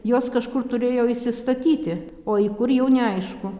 jos kažkur turėjo įsistatyti o į kur jau neaišku